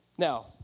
Now